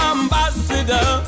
Ambassador